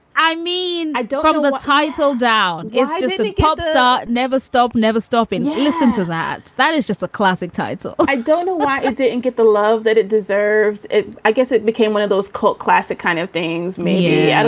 i mean, i don't hold um the title down. it's just a pop star. never stop, never stop and listen to that. that is just a classic title i don't know why it didn't get the love that it deserved. i guess it became one of those cult classic kind of things. maybe, and